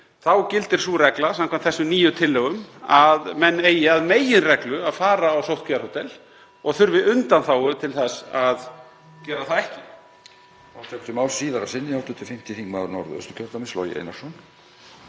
til gildir sú regla, samkvæmt þessum nýju tillögum, að menn eigi að meginreglu að fara á sóttkvíarhótel og þurfi undanþágu til þess að gera það ekki.